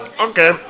Okay